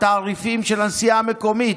התעריפים של הנסיעה המקומית,